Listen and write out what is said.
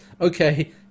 okay